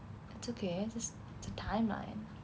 it's okay it's it's a timeline